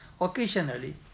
Occasionally